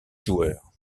joueurs